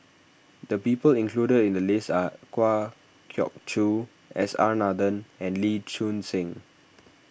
the people included in the list are Kwa Geok Choo S R Nathan and Lee Choon Seng